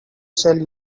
shall